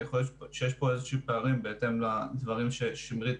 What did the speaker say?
יכול להיות שיש כאן פערים בהתאם למה ששמרית